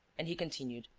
and he continued,